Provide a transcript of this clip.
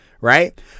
Right